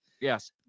yes